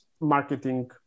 marketing